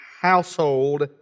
Household